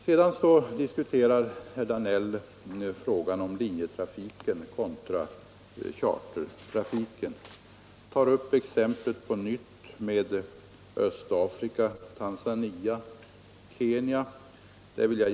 Herr Danell diskuterade också frågan om linjetrafiken kontra chartertrafiken och tog på nytt exemplet med Tanzania och Kenya i Östafrika.